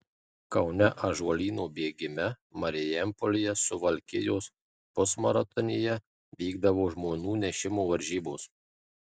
kaune ąžuolyno bėgime marijampolėje suvalkijos pusmaratonyje vykdavo žmonų nešimo varžybos